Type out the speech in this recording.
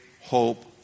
hope